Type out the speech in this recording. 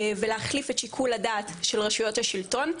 ולהחליף את שיקול הדעת של רשויות השלטון,